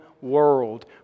world